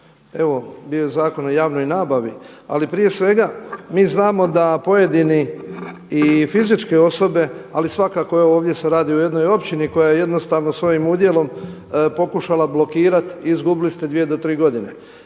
Evo bio je Zakon o javnoj nabavi ali prije svega mi znamo da pojedini i fizičke osobe, ali svakako evo ovdje se radi o jednoj općini koja jednostavno svojim udjelom pokušala blokirati i izgubili ste dvije do tri godine.